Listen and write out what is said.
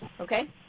okay